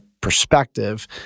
perspective